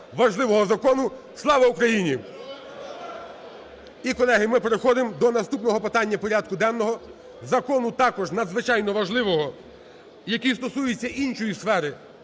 ІЗ ЗАЛУ. Героям слава! ГОЛОВУЮЧИЙ. І, колеги, ми переходимо до наступного питання порядку денного, закону також надзвичайно важливого, який стосується іншої сфери,